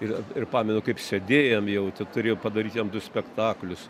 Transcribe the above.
ir ir pamenu kaip sėdėjom jau turėjau padaryt jam du spektaklius